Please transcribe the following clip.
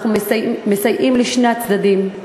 אנחנו מסייעים לשני הצדדים,